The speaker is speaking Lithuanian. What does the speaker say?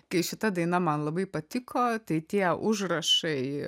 kai šita daina man labai patiko tai tie užrašai